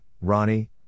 Ronnie